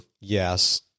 yes